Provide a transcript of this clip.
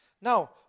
Now